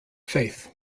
faith